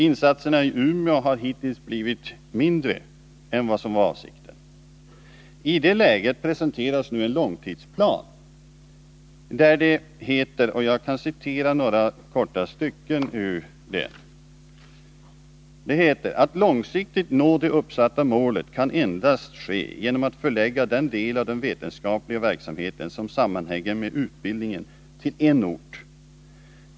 Insatserna i Umeå har hittills blivit mindre än vad som var avsikten. I det läget presenteras nu en långtidsplan, och jag kan citera några korta stycken ur den. Det heter bl.a.: ”Att långsiktigt nå det uppsatta målet kan endast ske genom att förlägga den del av den vetenskapliga verksamheten som sammanhänger med utbildningen till en ort.